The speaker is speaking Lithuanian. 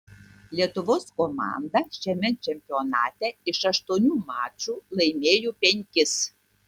lietuvos komanda šiame čempionate iš aštuonių mačų laimėjo penkis